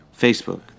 Facebook